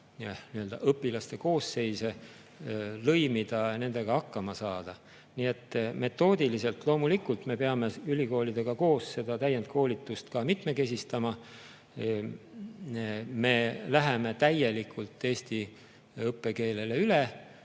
õpilaste koosseise lõimida, nendega hakkama saada. Metoodiliselt loomulikult me peame ülikoolidega koos seda täiendkoolitust ka mitmekesistama. Me läheme täielikult eesti õppekeelele üle.